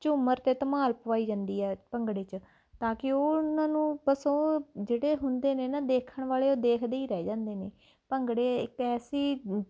ਝੂਮਰ ਅਤੇ ਧਮਾਲ ਪਵਾਈ ਜਾਂਦੀ ਹੈ ਭੰਗੜੇ 'ਚ ਤਾਂ ਕਿ ਉਹ ਉਹਨਾਂ ਨੂੰ ਬਸ ਉਹ ਜਿਹੜੇ ਹੁੰਦੇ ਨੇ ਨਾ ਦੇਖਣ ਵਾਲੇ ਉਹ ਦੇਖਦੇ ਹੀ ਰਹਿ ਜਾਂਦੇ ਨੇ ਭੰਗੜੇ ਇੱਕ ਐਸੀ